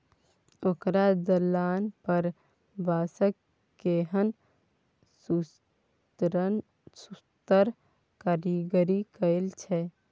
ओकर दलान पर बांसक केहन सुन्नर कारीगरी कएल छै